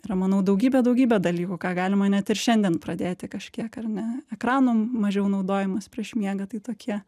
yra manau daugybė daugybė dalykų ką galima net ir šiandien pradėti kažkiek ar ne ekranų mažiau naudojimas prieš miegą tai tokie